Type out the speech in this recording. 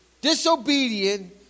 disobedient